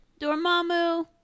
dormammu